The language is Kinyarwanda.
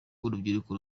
urubyiruko